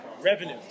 revenue